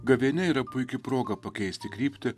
gavėnia yra puiki proga pakeisti kryptį